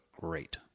great